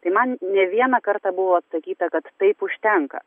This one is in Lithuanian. tai man ne vieną kartą buvo sakyta kad taip užtenka